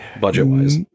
budget-wise